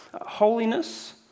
holiness